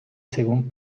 según